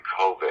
COVID